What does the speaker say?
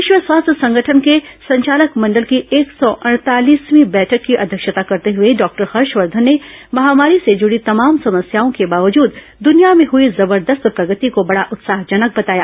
विश्व स्वास्थ्य संगठन के संचालन मंडल की एक सौ अड़तालीसवीं बैठक की अध्यक्षता करते हुए डॉक्टर हर्षवर्धन ने महामारी से जुड़ी तमाम समस्याओं के बावजूद दुनिया में हुई जबरदस्त प्रगति को बड़ा उत्साहजनक बताया